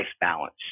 balance